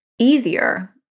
easier